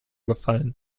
gefallen